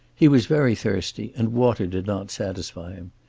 he was very thirsty, and water did not satisfy him.